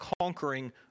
conquering